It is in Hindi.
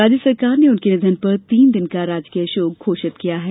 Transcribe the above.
राज्य सरकार ने उनके निधन पर तीन दिन का राजकीय शोक घोषित किया है